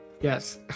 Yes